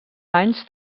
anys